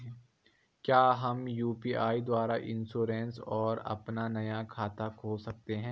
क्या हम यु.पी.आई द्वारा इन्श्योरेंस और अपना नया खाता खोल सकते हैं?